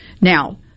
Now